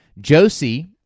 Josie